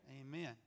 Amen